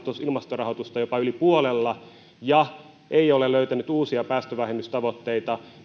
ilmastorahoitusta jopa yli puolella ja ei ole löytänyt uusia päästövähennystavoitteita